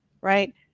right